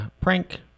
prank